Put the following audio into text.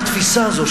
התפיסה הזאת,